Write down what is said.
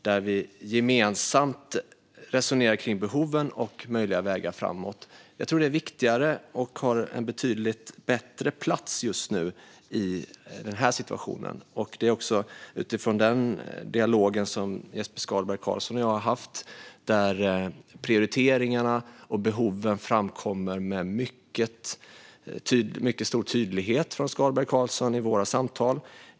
Vi resonerade gemensamt om behov och möjliga vägar framåt. Detta är viktigare och har en betydligt bättre plats just nu i den här situationen, det vill säga utifrån den dialog som Jesper Skalberg Karlsson och jag har haft där prioriteringarna och behoven framkommer med mycket stor tydlighet.